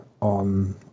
on